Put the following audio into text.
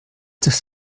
das